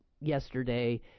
yesterday